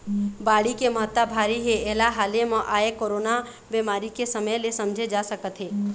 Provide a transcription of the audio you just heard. बाड़ी के महत्ता भारी हे एला हाले म आए कोरोना बेमारी के समे ले समझे जा सकत हे